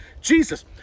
Jesus